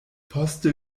poste